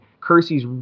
Kersey's